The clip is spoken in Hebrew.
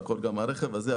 כך גם הרכב הזה,